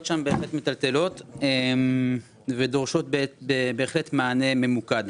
שם בהחלט מטלטלות ודורשות בהחלט מענה ממוקד.